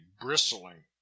bristling